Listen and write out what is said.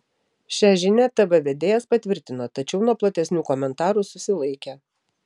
šią žinią tv vedėjas patvirtino tačiau nuo platesnių komentarų susilaikė